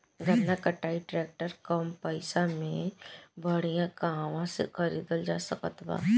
गन्ना कटाई ट्रैक्टर कम पैसे में बढ़िया कहवा से खरिदल जा सकत बा?